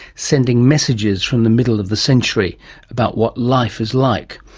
sending messages from the middle of the century about what life is like.